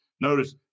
Notice